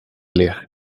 ler